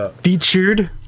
Featured